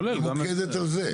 ממוקדת של זה?